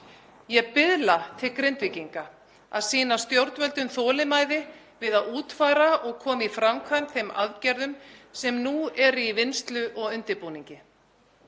Ég biðla til Grindvíkinga um að sýna stjórnvöldum þolinmæði við að útfæra og koma í framkvæmd þeim aðgerðum sem nú er í vinnslu og undirbúningi.